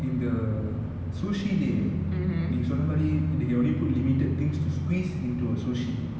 in the sushi they நீங்க சொன்ன மாரி:neenga sonna maari they can only put limited things to squeeze into a sushi